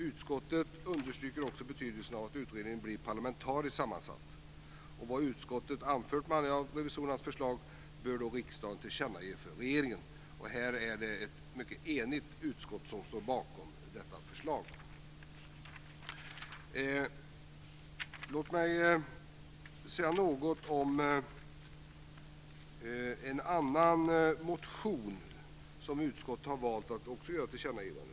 Utskottet understryker också betydelsen av att utredningen blir parlamentariskt sammansatt. Vad utskottet anfört med anledning av revisorernas förslag bör riksdagen tillkännage för regeringen." Det är ett mycket enigt utskott som står bakom detta förslag. Låt mig säga något om en motion som utskottet har valt att också göra ett tillkännagivande om.